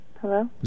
Hello